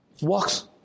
walks